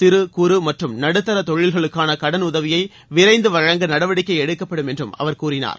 சிறு குறு மற்றும் நடுத்தா தொழில்களுக்கான கடனுதவியை விரைந்து வழங்க நடவடிக்கை எடுக்கப்படும் என்று அவர் கூறினார்